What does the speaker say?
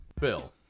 Bill